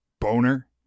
boner